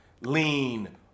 lean